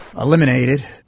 Eliminated